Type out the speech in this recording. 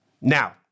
Now